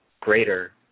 greater